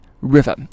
river